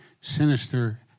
sinister